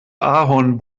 ahorn